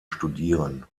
studieren